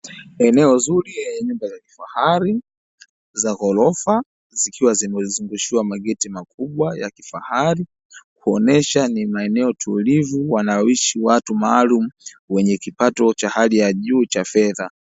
Eneo zuri lenye nyumba za kifahari za ghorofa zikiwa zimezungushiwa mageti makubwa ya kifahari, kuonyesha ni maeneo tulivu wanayoishi watu maalumu wenye kipato cha hali ya juu cha fedha.